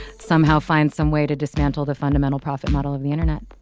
somehow find some way to dismantle the fundamental profit model of the internet